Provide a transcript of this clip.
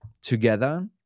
together